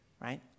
right